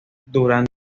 durante